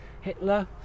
Hitler